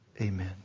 Amen